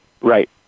Right